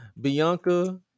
Bianca